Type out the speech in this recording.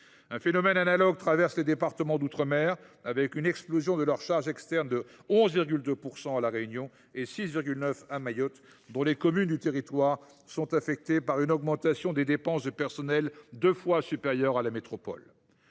Un phénomène analogue traverse les départements d’outre mer, avec une explosion de la charge externe de 11,2 % à La Réunion et de 6,9 % à Mayotte, dont les communes subissent une augmentation des dépenses de personnel deux fois supérieure à celle de la métropole.